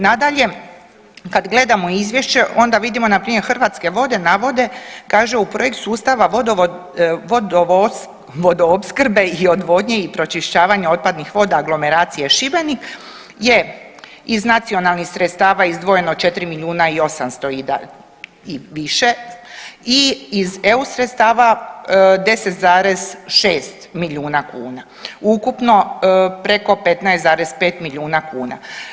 Nadalje, kad gledamo izvješće onda vidimo npr. Hrvatske vode navode, kaže u projekt sustava vodoopskrbe i odvodnje i pročišćavanje otpadnih voda aglomeracije Šibenik je iz nacionalnih sredstava izdvojeno 4 milijuna i 800 i više i iz EU sredstava 10,6 milijuna kuna, ukupno preko 5,5 milijuna kuna.